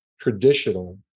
traditional